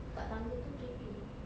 dekat tangga itu creepy apa